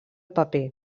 paper